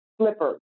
slippers